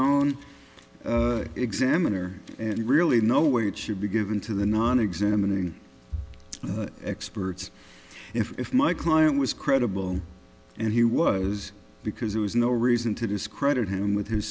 own examiner and really no way it should be given to the non examining experts if my client was credible and he was because there was no reason to discredit him with his